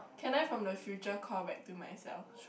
can I from the future call back to myself